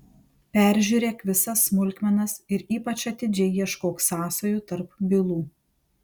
peržiūrėk visas smulkmenas ir ypač atidžiai ieškok sąsajų tarp bylų